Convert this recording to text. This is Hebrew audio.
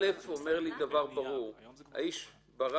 (א) אומר לי דבר ברור האיש ברח.